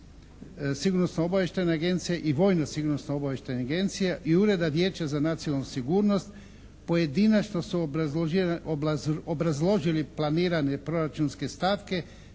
Sigurnosno obavještajna agencija i Vojno sigurnosno obavještajna agencija i Ureda vijeća za nacionalnu sigurnost pojedinačno su obrazloženi planirane proračunske stavke